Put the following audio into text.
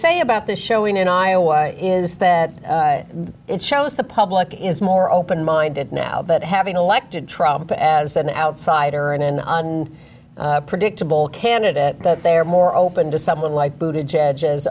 say about the showing in iowa is that it shows the public is more open minded now that having elected trump as an outsider in an on predictable candidate that they are more open to someone like booted judges